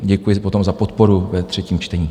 Děkuji potom za podporu ve třetím čtení.